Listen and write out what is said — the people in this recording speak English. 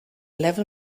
level